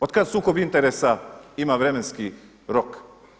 Otkada sukob interesa ima vremenski rok.